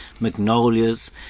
magnolias